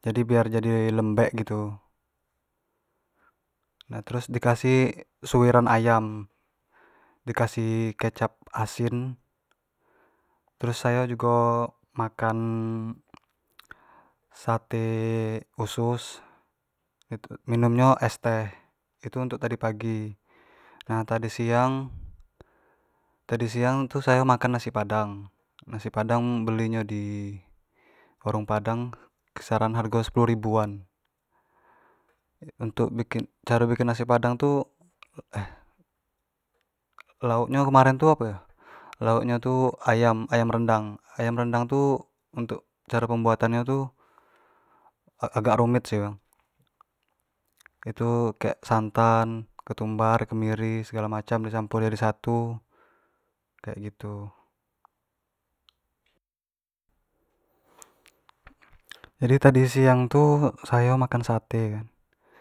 biar jadi lembek gitu, nah terus dikasih suiran ayam, dikasih kecap asin, terus sayo jugo makan sate usus minum nyo es teh, itu untuk tadi pagi, nah tadi siang, tadi siang tu sayo makan nasi padang, nasi padang beli nyo di warung padang kisaran hargo epuluh ribuan, untuk bikin caro bikin nasi padang tu lauk nyo kemaren tu apo yo, lauk nyo tu kemaren ayam rendang, ayam rendang tu, caro pembuatan tu agak rumit sih bang, itu kek santan. ketumbar, kemiri segalo macam di campuri jadi satu kek gitu jadi tadi siang tu sayo makan sate kan.